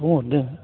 अ दे